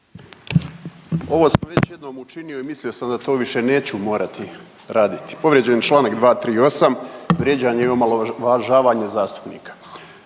Ovo sam već jednom učinio i mislio sam da to više neću morati raditi. Povrijeđen je čl. 238, vrijeđanje i omalovažavanje zastupnika.